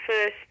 First